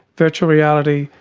virtual reality,